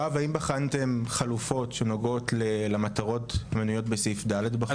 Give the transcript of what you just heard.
האם בחנתם חלופות שנוגעות למטרות המנויות בסעיף ד בחוק?